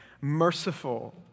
merciful